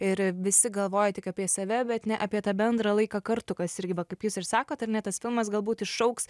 ir visi galvoja tik apie save bet ne apie tą bendrą laiką kartu kas irgi va kaip jūs ir sakot ar ne tas filmas galbūt iššauks